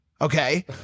Okay